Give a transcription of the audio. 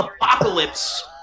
apocalypse